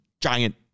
giant